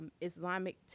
Islamic